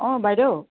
অঁ বাইদেউ